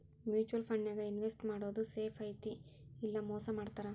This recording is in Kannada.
ಮ್ಯೂಚುಯಲ್ ಫಂಡನ್ಯಾಗ ಇನ್ವೆಸ್ಟ್ ಮಾಡೋದ್ ಸೇಫ್ ಐತಿ ಇಲ್ಲಾ ಮೋಸ ಮಾಡ್ತಾರಾ